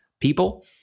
People